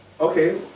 Okay